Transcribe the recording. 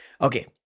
Okay